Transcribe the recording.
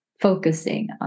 focusing